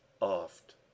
Oft